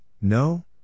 no